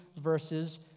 verses